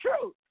truth